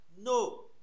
no